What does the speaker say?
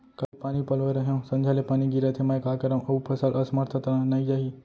काली पानी पलोय रहेंव, संझा ले पानी गिरत हे, मैं का करंव अऊ फसल असमर्थ त नई जाही?